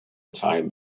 time